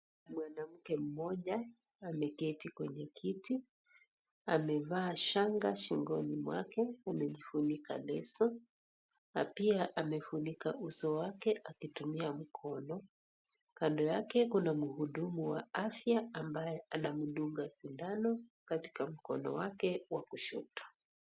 Mwanamke mmoja ameketi kwenye kiti amevaa shanga shingoni mwake amejifunika leso na pia amefunika uso wake akitumia mkono kando yake kuna muhudumu wa afya ambaye anamdunga sindano katika mkono wake wa kushoto.